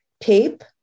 tape